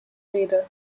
rede